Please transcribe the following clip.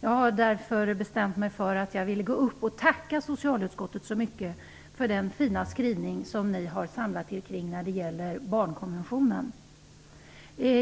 Jag har därför bestämt mig för att gå upp i talarstolen och tacka socialutskottets ledamöter så mycket för den fina skrivning som de har samlat sig kring när det gäller barnkonventionen.